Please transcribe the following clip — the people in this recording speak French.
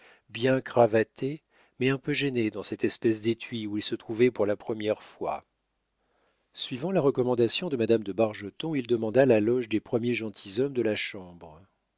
bien cravaté mais un peu gêné dans cette espèce d'étui où il se trouvait pour la première fois suivant la recommandation de madame de bargeton il demanda la loge des premiers gentilshommes de la chambre